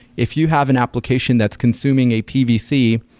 if you have an application that's consuming a pvc,